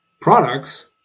products